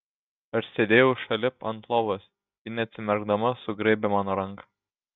aš sėdėjau šalip ant lovos ji neatsimerkdama sugraibė mano ranką